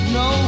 no